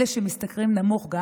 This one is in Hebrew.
אלה שמשתכרים נמוך, גם